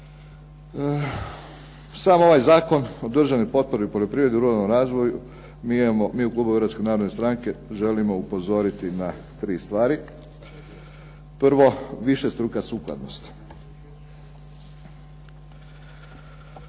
Sam ovaj Zakon o državnoj potpori poljoprivredi i ruralnom razvoju, mi u klubu Hrvatske narodne stranke želimo upozoriti na tri stvari. Prvo, višestruka sukladnost.